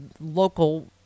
local